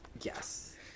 Yes